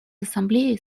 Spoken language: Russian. ассамблеей